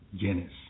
Guinness